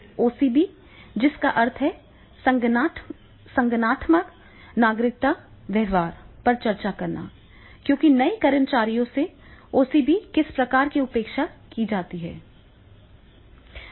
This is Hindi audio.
OCB जिसका अर्थ है संगठनात्मक नागरिकता व्यवहार पर चर्चा करना क्योंकि नए कर्मचारियों से OCB किस प्रकार की अपेक्षा की जाती है